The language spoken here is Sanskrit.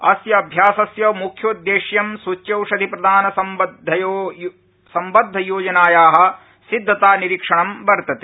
अस्य अभ्यासस्य मुख्योदेश्यं सूच्योषधिप्रदानसम्बद्धयोजनाया सिद्धतानिरीक्षणं वर्तते